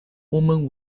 women